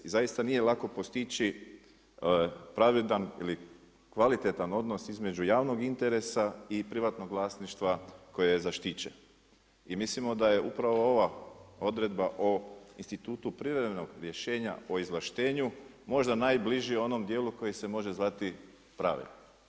I zaista nije lako postići pravedan ili kvalitetan odnos između javnog interesa i privatnog vlasništva koji je zaštićen i mislimo da je upravo odredba o institutu privremenog rješenja o izvlaštenju možda najbliži onom dijelu koji se može zvati pravedan.